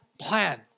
plan